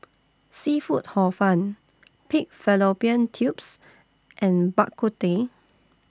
Seafood Hor Fun Pig Fallopian Tubes and Bak Kut Teh